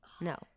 no